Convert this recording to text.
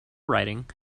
writing